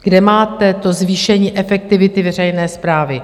Kde máte zvýšení efektivity veřejné správy?